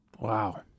wow